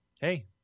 Hey